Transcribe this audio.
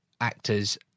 actors